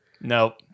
Nope